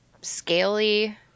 scaly